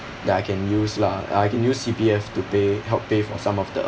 that I can use lah I can use C_P_F to pay help pay for some of the